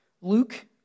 Luke